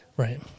Right